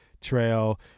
trail